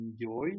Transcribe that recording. enjoy